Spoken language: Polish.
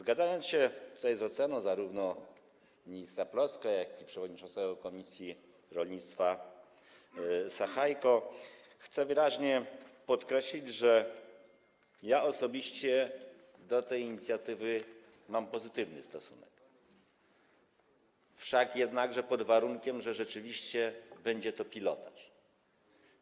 Zgadzając się z oceną zarówno ministra Plocke, jak i przewodniczącego komisji rolnictwa Sachajki, chcę wyraźnie podkreślić, że osobiście do tej inicjatywy mam pozytywny stosunek, jednakże pod warunkiem, że rzeczywiście będzie to pilotaż.